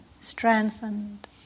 strengthened